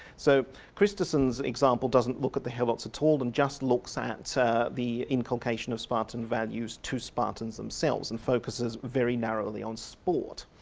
so christesen's example doesn't look at the helots at all and just looks at so the inculcation of spartan values to spartans themselves and focuses very narrowly on sport.